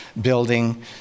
building